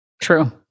True